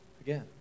Again